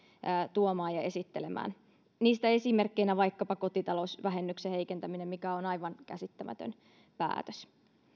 tuomaan ja esittelemään niistä esimerkkeinä vaikkapa kotitalousvähennyksen heikentäminen mikä on aivan käsittämätön päätös